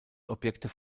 objektive